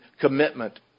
commitment